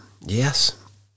Yes